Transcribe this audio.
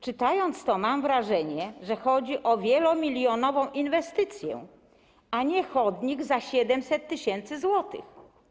Czytając to, mam wrażenie, że chodzi o wielomilionową inwestycję, a nie chodnik za 700 tys. zł.